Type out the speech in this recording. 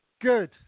good